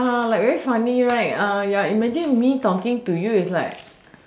ah like very funny right ah ya imagine me talking to you it's like